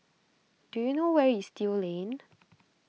do you know where is Still Lane